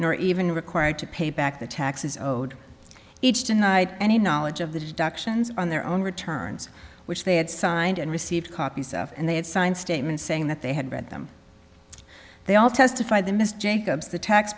nor even required to pay back the taxes owed each denied any knowledge of the deductions on their own returns which they had signed and received copies of and they had signed statements saying that they had read them they all testified that mr jacobs the tax